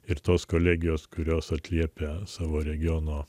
ir tos kolegijos kurios atliepia savo regiono